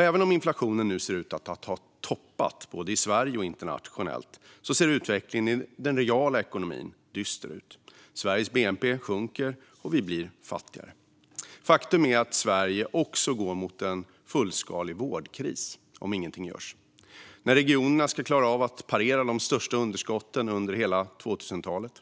Även om inflationen ser ut att ha toppat både i Sverige och internationellt ser utvecklingen i den reala ekonomin dyster ut. Sveriges bnp sjunker, och vi blir fattigare. Faktum är att Sverige också går mot en fullskalig vårdkris om inget görs då regionerna ska klara av att parera de största underskotten under hela 2000-talet.